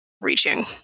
reaching